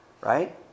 right